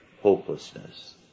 hopelessness